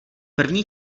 první